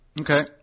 okay